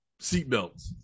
seatbelts